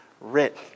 writ